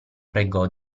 pregò